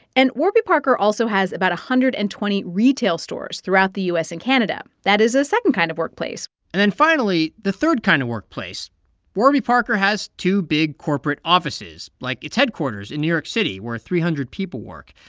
and warby parker also has about one hundred and twenty retail stores throughout the u s. and canada. that is a second kind of workplace and then finally, the third kind of workplace warby parker has two big corporate offices, like its headquarters in new york city, where three hundred people work.